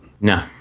No